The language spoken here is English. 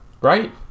Right